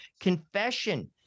Confession